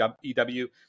ew